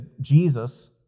Jesus